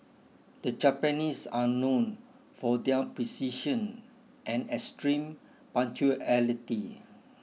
the Japanese are known for their precision and extreme punctuality